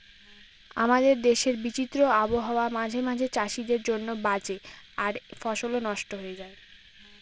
আমাদের দেশের বিচিত্র আবহাওয়া মাঝে মাঝে চাষীদের জন্য বাজে আর ফসলও নস্ট হয়ে যায়